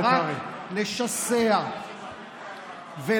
חבר הכנסת קרעי.